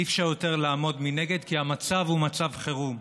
אי-אפשר יותר לעמוד מנגד, כי המצב הוא מצב חירום.